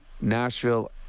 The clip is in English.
Nashville